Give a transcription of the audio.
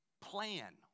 plan